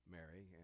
Mary